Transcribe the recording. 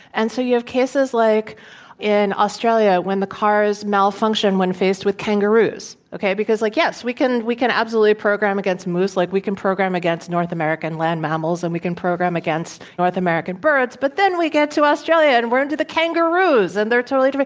and so you have cases like in australia when the cars malfunction when faced with kangaroos. okay? because, like, yes, we can we can absolutely program against moose. like, we can program against north american land mammals, and we can program against, north american birds, but then we get to australia, and we're into the kangaroos, and they're totally different.